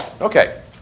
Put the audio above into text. Okay